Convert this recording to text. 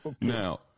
Now